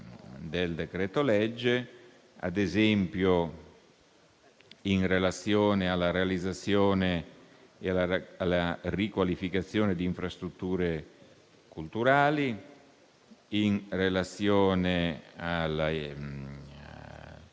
del decreto-legge: ad esempio, in relazione alla realizzazione e alla riqualificazione di infrastrutture culturali; in relazione ad